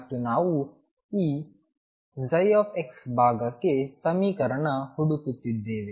ಮತ್ತು ನಾವು ಈ x ಭಾಗಕ್ಕೆ ಸಮೀಕರಣ ಹುಡುಕುತ್ತಿದ್ದೇವೆ